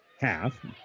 half